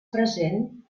present